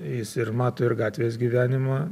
jis ir mato ir gatvės gyvenimą